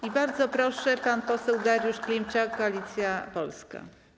I bardzo proszę, pan poseł Dariusz Klimczak, Koalicja Polska.